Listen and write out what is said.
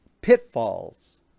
pitfalls